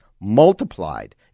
multiplied